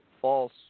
false